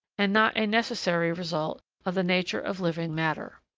and not a necessary result, of the nature of living matter.